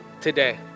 today